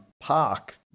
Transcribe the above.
park